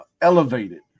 elevated